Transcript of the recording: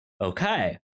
okay